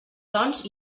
sons